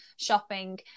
shopping